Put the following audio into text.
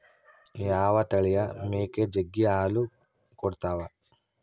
ಯಾವ ತಳಿಯ ಮೇಕೆ ಜಗ್ಗಿ ಹಾಲು ಕೊಡ್ತಾವ?